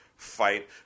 fight